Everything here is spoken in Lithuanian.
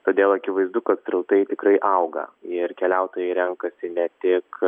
todėl akivaizdu kad srautai tikrai auga ir keliautojai renkasi ne tik